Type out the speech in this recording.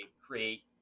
create